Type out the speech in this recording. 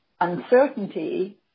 uncertainty